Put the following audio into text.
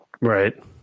Right